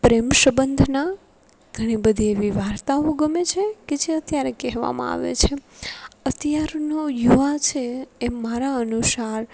પ્રેમ સંબંધના ઘણી બધી એવી વાર્તાઓ ગમે છે કે જે અત્યારે કહેવામાં આવે છે અત્યારનો યુવા છે એ મારા અનુસાર